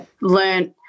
learned